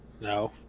No